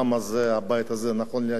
הבית הזה נכון להיום ריק.